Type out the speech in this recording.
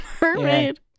mermaid